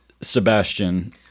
sebastian